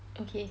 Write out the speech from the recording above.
okay